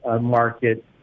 market